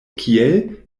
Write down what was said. kiel